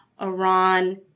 Iran